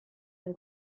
del